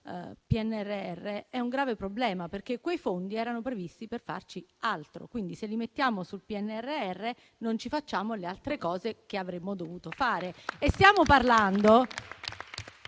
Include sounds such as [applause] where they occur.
PNRR è un grave problema, perché quei fondi erano previsti per farci altro. Quindi, se li mettiamo sul PNRR, non ci facciamo le altre cose che avremmo dovuto fare. [applause]